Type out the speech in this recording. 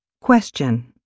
Question